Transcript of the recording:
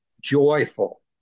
joyful